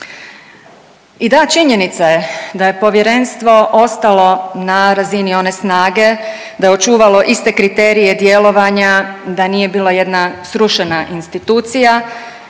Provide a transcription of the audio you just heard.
I da, činjenica je da je Povjerenstvo ostalo na razini one snage, da je očuvalo iste kriterije djelovanja, da nije bila jedna srušena institucija